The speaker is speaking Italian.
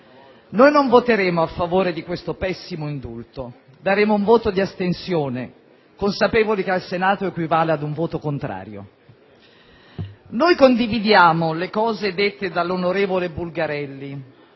Noi non voteremo a favore di questo pessimo indulto, daremo un voto d'astensione, consapevoli che al Senato equivale ad un voto contrario. Condividiamo quanto detto dall'onorevole Bulgarelli,